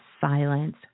silence